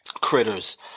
Critters